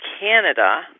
Canada